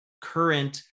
current